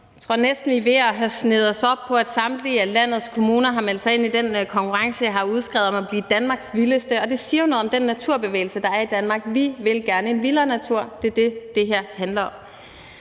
Jeg tror næsten, at vi er ved at have sneget os op på, at samtlige af landets kommuner har meldt sig ind i den konkurrence, jeg har udskrevet, om at blive Danmarks vildeste kommune, og det siger jo noget om den naturbevægelse, der er i Danmark: Vi vil gerne en vildere natur, det er det, det her handler om.